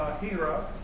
Hira